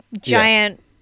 giant